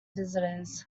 visitors